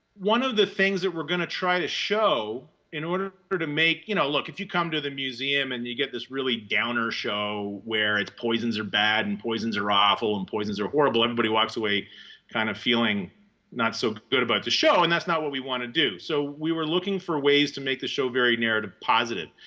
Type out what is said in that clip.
one of the things that we're going to try to show in order to make you know look, if you come to the museum and you get this really downer show where it's poisons are bad and poisons are awful and poisons are horrible, everybody walks away kind of feeling not so good about the show and that's not what we want to do. so we were looking for ways to make the show very narrative positive.